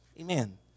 Amen